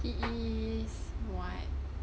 he is what